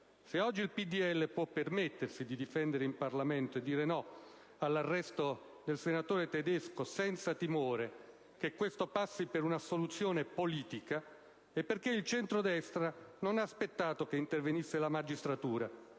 se oggi il PdL può permettersi di difendere il Parlamento e dire «no» all'arresto del senatore Tedesco senza timore che questo passi per un'assoluzione politica, è perché il centrodestra non ha aspettato che intervenisse la magistratura